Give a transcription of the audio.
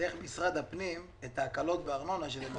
דרך משרד הפנים את ההקלות בארנונה.